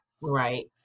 right